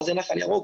מה זה נחל ירוק?